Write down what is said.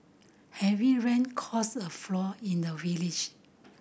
heavy rain caused a flood in the village